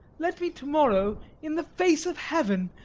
let me to-morrow, in the face of heaven,